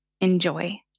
enjoy